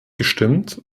gestimmt